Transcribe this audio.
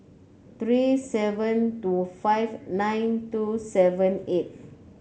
three seven two five nine two seven eight